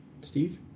Steve